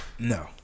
No